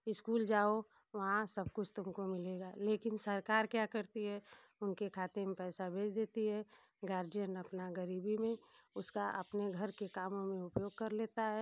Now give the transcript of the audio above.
school जाओ वहाँ सब कुछ तुमको मिलेगा लेकिन सरकार क्या करती है उनके खाते में पैसा भेज देती है गार्जियन अपना गरीबी में उसका अपने घर के कामों में उपयोग कर लेता है